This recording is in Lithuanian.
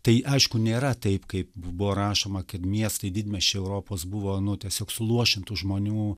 tai aišku nėra taip kaip buvo rašoma kad miestai didmiesčiai europos buvo nu tiesiog suluošintų žmonių